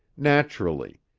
naturally,